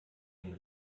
den